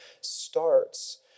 starts